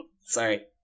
Sorry